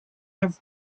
have